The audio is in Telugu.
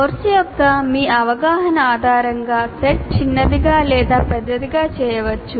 కోర్సు యొక్క మీ అవగాహన ఆధారంగా సెట్ చిన్నదిగా లేదా పెద్దదిగా చేయవచ్చు